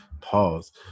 pause